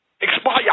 Expire